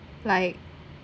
like